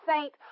saint